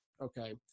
Okay